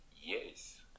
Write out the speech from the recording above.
yes